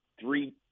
three –